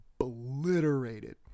obliterated